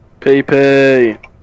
PP